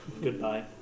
goodbye